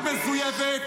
אריאל קלנר (הליכוד):